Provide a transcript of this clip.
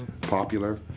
popular